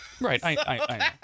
right